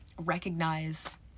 recognize